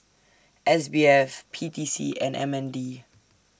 S B F P T C and M N D